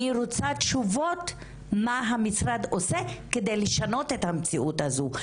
אני רוצה תשובות - מה המשרד עושה כדי לשנות את המציאות הזו.